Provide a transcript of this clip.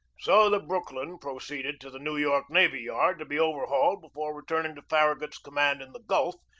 so the brooklyn proceeded to the new york navy yard to be overhauled before returning to farragut s command in the gulf,